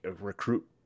recruit